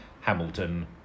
Hamilton